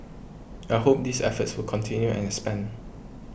I hope these efforts will continue and expand